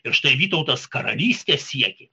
ir štai vytautas karalyste siekė